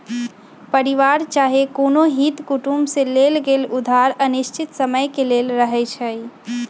परिवार चाहे कोनो हित कुटुम से लेल गेल उधार अनिश्चित समय के लेल रहै छइ